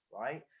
right